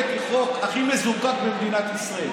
אני הבאתי חוק הכי מזוקק במדינת ישראל.